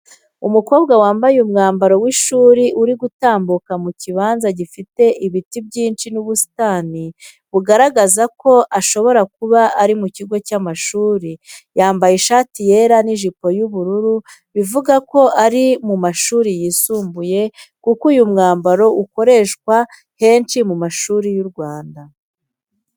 Umukobwa wambaye umwambaro w’ishuri uri gutambuka mu kibanza gifite ibiti byinshi n'ubusitani, bugaragaza ko ashobora kuba ari mu kigo cy'amashuri. Yambaye ishati yera n’ijipo y’ubururu bivuga ko ari mu mashuri yisumbuye kuko uyu mwambaro ukoreshwa henshi mu mashuri y’u Rwanda.